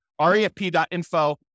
refp.info